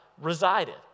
resided